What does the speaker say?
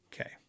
okay